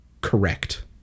correct